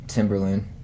Timberland